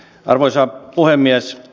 arvoisa puhemies